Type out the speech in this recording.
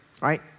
right